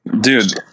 Dude